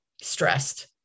stressed